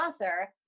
author